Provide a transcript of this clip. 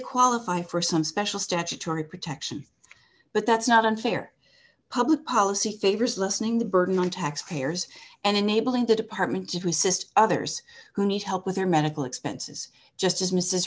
qualify for some special statutory protection but that's not unfair public policy favors lessening the burden on taxpayers and enabling the department to assist others who need help with their medical expenses just as mrs